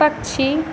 पक्षी